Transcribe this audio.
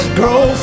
grow